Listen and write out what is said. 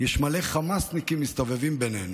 יש מלא חמאסניקים שמסתובבים בינינו,